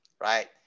right